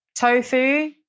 tofu